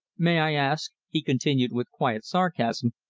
may i ask, he continued with quiet sarcasm,